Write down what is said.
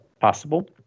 possible